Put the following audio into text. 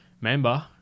member